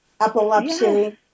epilepsy